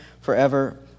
forever